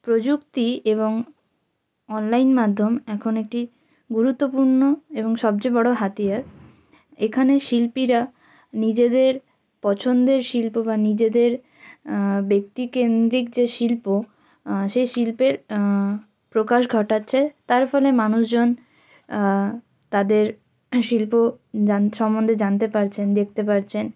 প্রযুক্তি এবং অনলাইন মাধ্যম এখন একটি গুরুত্বপূর্ণ এবং সবচেয়ে বড় হাতিয়ার এখানে শিল্পীরা নিজেদের পছন্দের শিল্প বা নিজেদের ব্যক্তিকেন্দ্রিক যে শিল্প সেই শিল্পের প্রকাশ ঘটাচ্ছে তার ফলে মানুষজন তাদের শিল্প সম্বন্ধে জানতে পারছেন দেখতে পারছেন